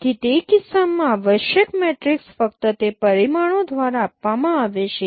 તેથી તે કિસ્સામાં આવશ્યક મેટ્રિક્સ ફક્ત તે પરિમાણો દ્વારા આપવામાં આવે છે